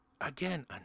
Again